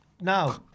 Now